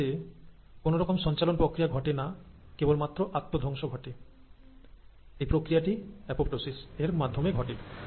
এক্ষেত্রে কোনরকম সঞ্চালন প্রক্রিয়া ঘটে না নিজে থেকেই নষ্ট হয়এই প্রক্রিয়াটি অপপ্তসিস এর মাধ্যমে ঘটে